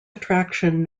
attraction